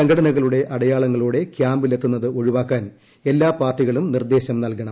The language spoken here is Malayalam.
സംഘടനകളുടെ അടയാളങ്ങളോടെ ക്യാമ്പിലെത്തുന്നത് ഒഴിവാക്കാൻ എല്ലാ പ്പാർട്ടികളും നിർദേശം നൽകണം